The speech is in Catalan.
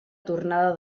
tornada